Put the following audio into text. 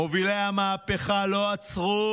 מובילי המהפכה לא עצרו